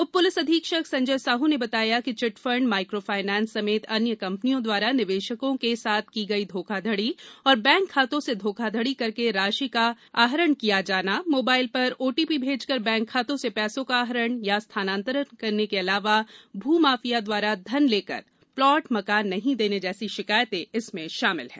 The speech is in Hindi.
उप पुलिस अधीक्षक संजय साह ने बताया कि चिटफंड माइक्रो फायनेंस समेत अन्य कंपनियों द्वारा निवेशकों के साथ की गई घोखाघडी तथा बैंक खातों से धोखाघडी करके राशि का आहरण किया जाना मोबाइल पर ओटीपी भेजकर बैंक खातों से पैसों का आहरण या स्थानांतरण करने के अलावा भूमाफिया द्वारा धन लेकर प्लाट मकान नही देने जैसी शिकायतें शामिल हैं